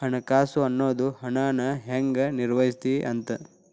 ಹಣಕಾಸು ಅನ್ನೋದ್ ಹಣನ ಹೆಂಗ ನಿರ್ವಹಿಸ್ತಿ ಅಂತ